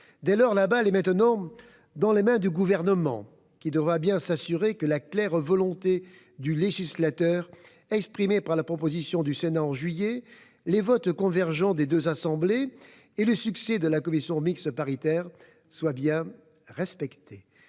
Dès lors, la balle est maintenant dans le camp du Gouvernement, qui devra faire en sorte que la claire volonté du législateur, exprimée par la proposition du Sénat en juillet, les votes convergents des deux assemblées et le succès de la commission mixte paritaire, soit bien respectée.